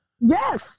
Yes